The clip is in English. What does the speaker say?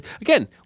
Again